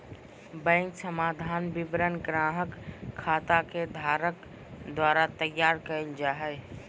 bank समाधान विवरण ग्राहक खाता के धारक द्वारा तैयार कइल जा हइ